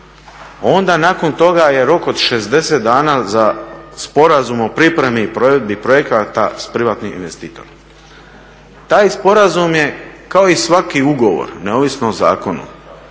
Onda nakon toga je rok od 60 dana za sporazum o pripremi i provedbi projekata s privatnim investitorima. Taj sporazum je kao i svaki ugovor neovisno o zakonu